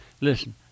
Listen